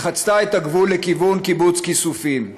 שחצתה את הגבול לכיוון קיבוץ כיסופים.